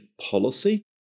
policy